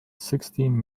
sixteen